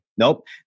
Nope